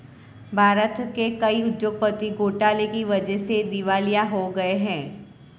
भारत के कई उद्योगपति घोटाले की वजह से दिवालिया हो गए हैं